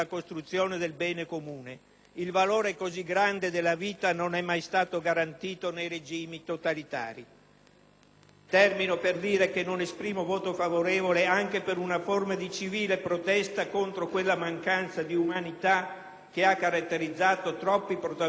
Il valore così grande della vita non è mai stato garantito nei regimi totalitari. Termino per dire che non esprimo voto favorevole anche per una forma di civile protesta contro quella mancanza di umanità che ha caratterizzato troppi protagonisti di questa vicenda,